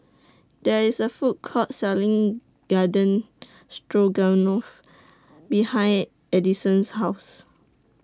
There IS A Food Court Selling Garden Stroganoff behind Adison's House